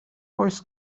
oes